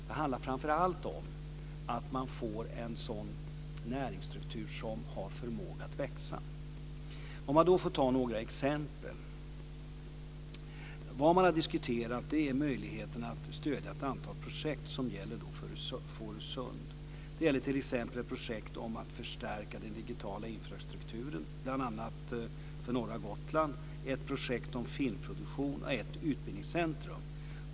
Det handlar framför allt om att få en sådan näringsstruktur som har förmåga att växa. Låt mig få ta några exempel. Man har diskuterat möjligheten att stödja ett antal projekt som gäller Fårösund. Det gäller t.ex. ett projekt om att förstärka den digitala infrastrukturen för bl.a. norra Gotland, ett projekt om filmproduktion och ett utbildningscentrum.